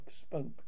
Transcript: spoke